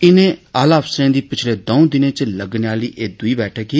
इनें आला अफसरे दी पिछले दंऊ दिनें च लग्गने आहली ऐ दुई बैठक ही